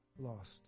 lost